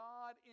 God